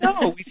No